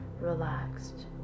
relaxed